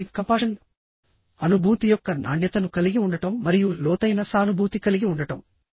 సానుభూతిఃఅనుభూతి యొక్క నాణ్యతను కలిగి ఉండటం మరియు లోతైన సానుభూతి కలిగి ఉండటం